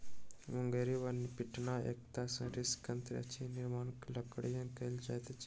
मुंगरी वा पिटना एकटा साधारण कृषि यंत्र अछि जकर निर्माण लकड़ीसँ कयल जाइत अछि